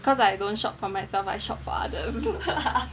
cause like I don't shop for myself I shop for others